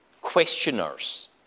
questioners